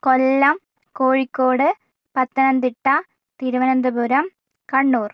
Kollam Kozhikode Pathanamthitta Thiruvananthapuram Kannur